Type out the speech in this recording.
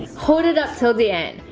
hold it up till the end.